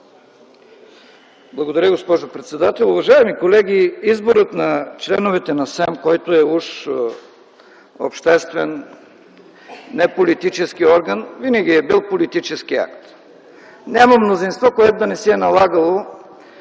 Благодаря, госпожо председател. Уважаеми колеги, изборът на членовете на СЕМ, който е уж обществен, не политически орган, винаги е бил политически акт. Няма мнозинство, което да не си е налагало